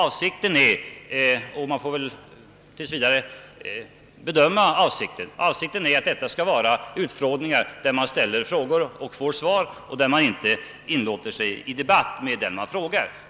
Avsikten är — och tills vidare får man nöja sig med att bedöma avsikten — att det skulle vara utfrågningar; man ställer frågor och får svar men inlåter sig inte i debatt med dem man frågar.